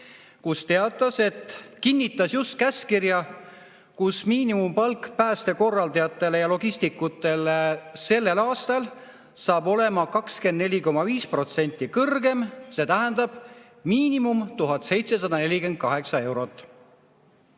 kus teatas, et kinnitas just käskkirja, millega miinimumpalk päästekorraldajatele ja logistikutele sellel aastal saab olema 24,5% kõrgem, see tähendab 1748 eurot